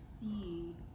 see